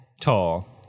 Tall